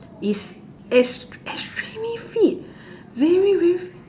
is ex~ extremely fit very very